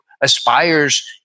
aspires